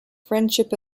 friendship